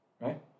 Right